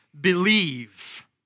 believe